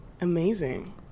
amazing